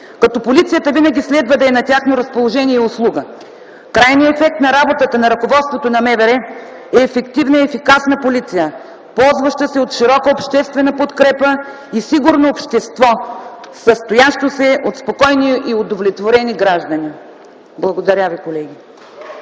като полицията винаги следва да е на тяхно разположение и услуга. Крайният ефект на работата на ръководството на МВР е ефективна и ефикасна полиция, ползваща се от широка обществена подкрепа и сигурно общество, състоящо се от спокойни и удовлетворени граждани. Благодаря ви, колеги.